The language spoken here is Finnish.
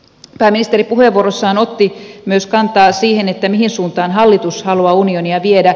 pääministeri puheenvuorossaan otti myös kantaa siihen mihin suuntaan hallitus haluaa unionia viedä